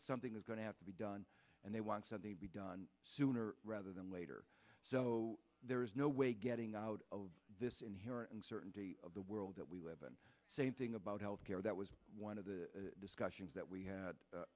something is going to have to be done and they want something to be done sooner rather than later so there is no way getting out of this inherent uncertainty of the world that we live and same thing about health care that was one of the discussions that we had